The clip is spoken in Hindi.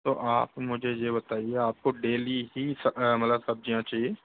तो आप मुझे ये बताइए आपको डेली ही ही मतलब सब्जियाँ चाहिए